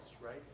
right